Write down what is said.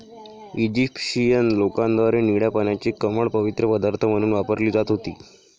Egyptian लोकांद्वारे निळ्या पाण्याची कमळ पवित्र पदार्थ म्हणून वापरली जात होती